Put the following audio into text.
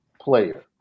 player